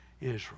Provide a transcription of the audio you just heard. Israel